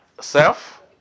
Self